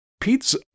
Pete's